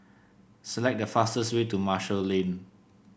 select the fastest way to Marshall Lane